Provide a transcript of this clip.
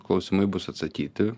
klausimai bus atsakyti